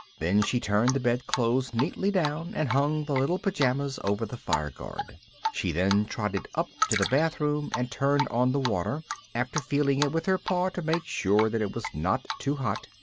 then she turned the bedclothes neatly down and hung the little pyjamas over the fire-guard. she then trotted up to the bathroom and turned on the water after feeling it with her paw to make sure that it was not too hot,